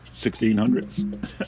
1600s